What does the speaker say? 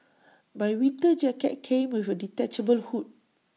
my winter jacket came with A detachable hood